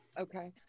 Okay